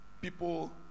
people